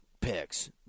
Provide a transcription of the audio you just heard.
picks